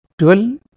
12